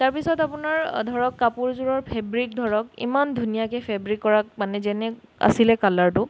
তাৰপিছত আপোনাৰ ধৰক কাপোৰযোৰৰ ফেব্ৰিক ধৰক ইমান ধুনীয়াকৈ ফেব্ৰিক কৰা মানে যেনে আছিলে কালাৰটো